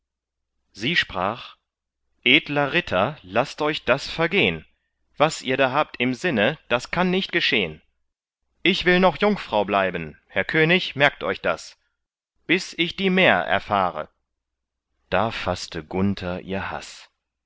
sie sprach edler ritter laßt euch das vergehn was ihr da habt im sinne das kann nicht geschehn ich will noch jungfrau bleiben herr könig merkt euch das bis ich die mär erfahre da faßte gunther ihr haß